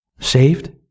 Saved